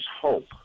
hope